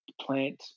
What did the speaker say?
plant